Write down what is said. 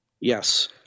Yes